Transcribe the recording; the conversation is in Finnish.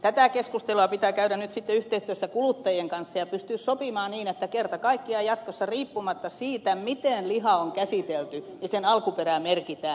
tätä keskustelua pitää käydä nyt sitten yhteistyössä kuluttajien kanssa ja pystyä sopimaan niin että kerta kaikkiaan jatkossa riippumatta siitä miten liha on käsitelty sen alkuperä merkitään